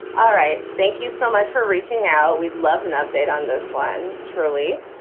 all right. thank you so much for reaching out. we'd love an update on this one, truly.